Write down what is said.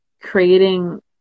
creating